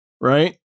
right